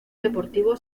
deportivo